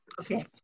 Okay